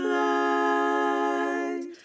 light